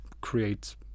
create